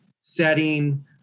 setting